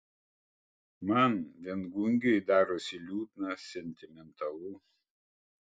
man viengungiui darosi liūdna sentimentalu